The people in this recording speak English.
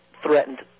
threatened